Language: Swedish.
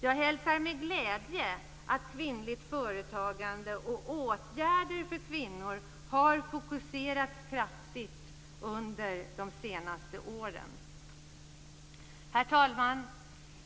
Jag hälsar med glädje att kvinnligt företagande och åtgärder för kvinnor har fokuserats kraftigt under de senaste åren. Herr talman.